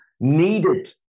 needed